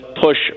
push